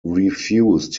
refused